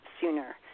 sooner